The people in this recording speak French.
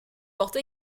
porte